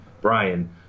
Brian